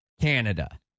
canada